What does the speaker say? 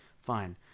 fine